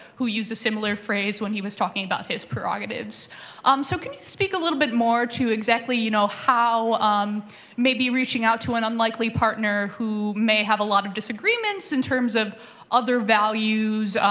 who used a similar phrase when he was talking about his prerogatives. um so can you speak a little bit more to exactly you know how um maybe reaching out to an unlikely partner who may have a lot of disagreements, in terms of other values,